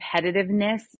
competitiveness